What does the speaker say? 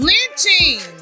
Lynching